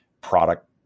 product